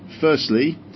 firstly